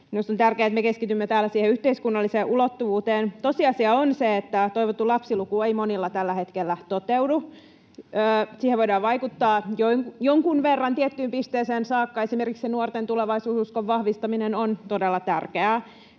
Minusta on tärkeätä, että me keskitymme täällä siihen yhteiskunnalliseen ulottuvuuteen. Tosiasia on se, että toivottu lapsiluku ei monilla tällä hetkellä toteudu. Siihen voidaan vaikuttaa jonkun verran, tiettyyn pisteeseen saakka, esimerkiksi nuorten tulevaisuususkon vahvistaminen on todella tärkeää.